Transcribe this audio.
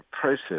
process